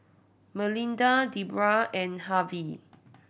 Melinda Debrah and Harvy